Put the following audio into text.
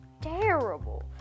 terrible